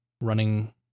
running